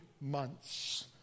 months